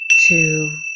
two